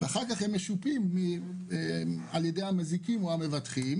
ואחר כך הם משופים על ידי המזיקים או על ידי המבטחים